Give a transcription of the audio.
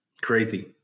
Crazy